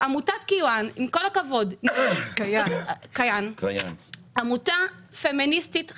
עמותת "כייאן" היא עמותה פמיניסטית חשובה,